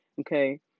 okay